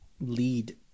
lead